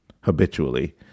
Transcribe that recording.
habitually